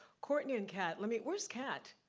cortney and cat, let me, where's cat?